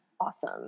Awesome